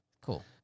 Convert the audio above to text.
Cool